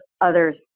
others